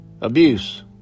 abuse